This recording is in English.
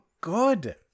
good